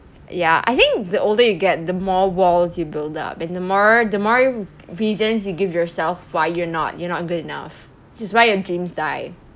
yah I think the older you get the more walls you build up and the more the more reasons you give yourself why you're not you're not good enough which is why your dreams die